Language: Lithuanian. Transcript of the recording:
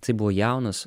isai buvo jaunas